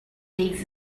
days